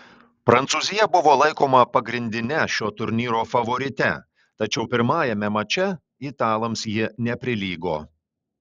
prancūzija buvo laikoma pagrindine šio turnyro favorite tačiau pirmajame mače italams ji neprilygo